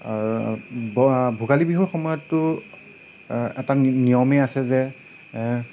ভোগালী বিহুৰ সময়ততো এটা নি নিয়মেই আছে যে